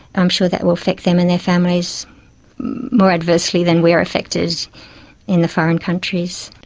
i'm sure that will affect them and their families more adversely than we are affected in the foreign countries.